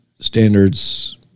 standards